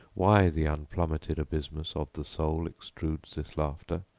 why the unplummeted abysmus of the soule extrudes this laughter,